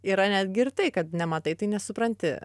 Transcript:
yra netgi ir tai kad nematai tai nesupranti